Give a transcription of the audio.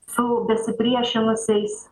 su besipriešinusiais